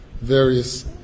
various